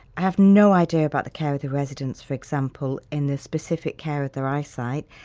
i have no idea about the care of the residents, for example, in the specific care of their eyesight,